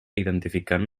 identificant